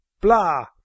blah